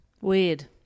Weird